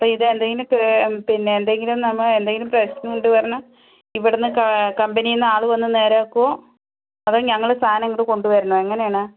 അപ്പോൾ ഇത് എന്തെങ്കിലും കേട് പിന്നെ എന്തെങ്കിലും നമ്മൾ എന്തെങ്കിലും പ്രശ്നമുണ്ടെന്ന് പറഞ്ഞാൽ പിന്നെ കമ്പനിയിൽ നിന്ന് ആൾ വന്നു നേരെയാക്കുമോ അതോ ഞങ്ങൾ സാധനം ഇങ്ങോട്ടു കൊണ്ടുവരണമോ എങ്ങനെയാണ്